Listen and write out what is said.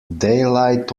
daylight